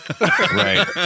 right